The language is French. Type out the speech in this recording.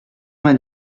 vingt